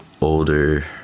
older